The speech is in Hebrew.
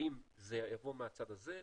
האם זה יבוא מהצד הזה,